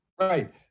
Right